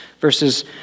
verses